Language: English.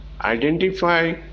identify